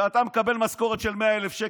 שאתה מקבל משכורת של כמעט 100,000 שקל,